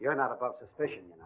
you're not about suspicion